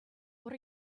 what